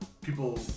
people